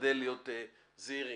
להיות זהירים.